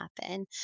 happen